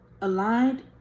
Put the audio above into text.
aligned